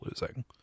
losing